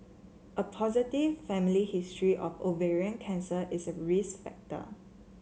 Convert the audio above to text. a positive family history of ovarian cancer is a risk factor